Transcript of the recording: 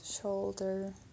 shoulder